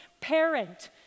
parent